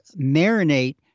marinate